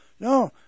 No